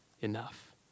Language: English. enough